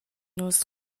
nus